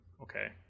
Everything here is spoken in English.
okay